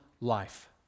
life